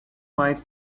might